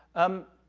um,